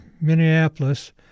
Minneapolis